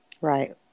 Right